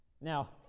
Now